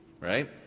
right